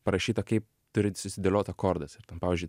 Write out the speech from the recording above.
parašyta kai turi susidėliot akordas ir pavyzdžiui